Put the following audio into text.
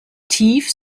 tief